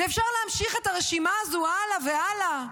ואפשר להמשיך את הרשימה הזו הלאה והלאה.